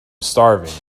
starving